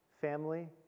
family